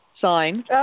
sign